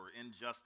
injustice